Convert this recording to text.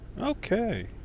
Okay